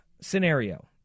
scenario